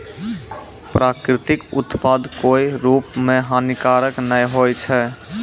प्राकृतिक उत्पाद कोय रूप म हानिकारक नै होय छै